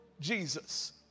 Jesus